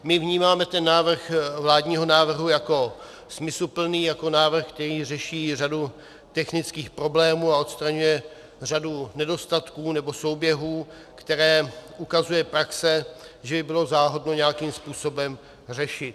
My vnímáme vládní návrh jako smysluplný, jako návrh, který řeší řadu technických problémů a odstraňuje řadu nedostatků nebo souběhů, které ukazuje praxe, že by bylo záhodno nějakým způsobem řešit.